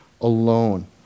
alone